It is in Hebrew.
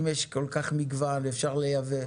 אם יש כל כך מגוון, אפשר לייבא.